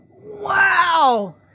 Wow